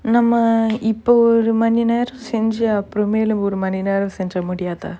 நம்ம இப்ப ஒரு மணி நேரோ செஞ்சி அப்புறம் மேல ஒரு மணி நேரோ செஞ்சா முடியாதா:namma ippa oru mani nero senji appuram mel oru mani nero senja mudiyaathaa